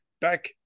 back